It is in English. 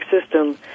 system